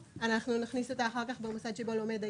אנחנו נכניס את זה אחר כך ונכתוב: במוסד שבו לומד הילד.